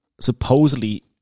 supposedly